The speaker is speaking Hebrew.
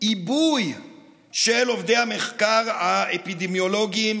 עיבוי של עובדי המחקר האפידמיולוגי,